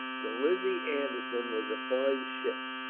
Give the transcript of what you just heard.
the lizzie anderson was a fine ship,